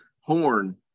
horn